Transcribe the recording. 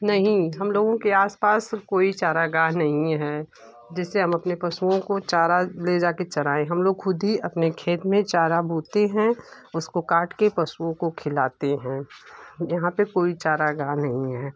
नहीं हम लोगों के आस पास कोई चारागाह नहीं है जिससे हम अपने पशुओं को चारा ले जाकर चराए हम लोग खुद ही अपने खेत में चारा बोते हैं उसको काट के पशुओं को खिलाते हैं यहाँ पे कोई चारागाह नहीं है